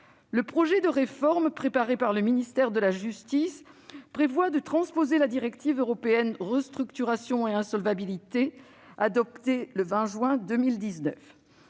Le projet de réforme préparé par le ministère de la justice prévoit de transposer la directive européenne Restructuration et insolvabilité, adoptée le 20 juin 2019.